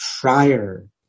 prior